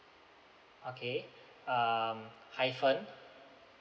okay um hyphen